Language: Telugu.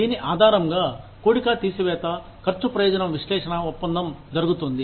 దీని ఆధారంగా కూడిక తీసివేత ఖర్చు ప్రయోజనం విశ్లేషణ ఒప్పందం జరుగుతుంది